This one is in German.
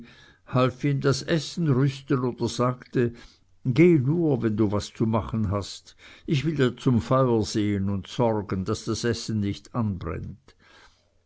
ihm das essen rüsten oder sagte gehe nur wenn du was zu machen hast ich will dir zum feuer sehen und sorgen daß das essen nicht anbrennt